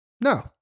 No